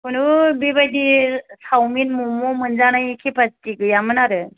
खुनु बेबायदि chowmein momo मोनजानाय केपासिति गैयामोन आरो